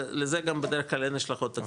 לזה גם בדרך כלל, אין השלכות תקציביות.